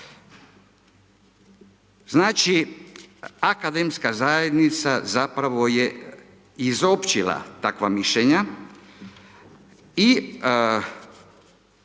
Znači, Akademska zajednica zapravo je izopćila takva mišljenja i